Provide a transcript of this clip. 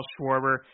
Schwarber